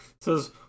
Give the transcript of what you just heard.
says